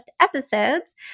episodes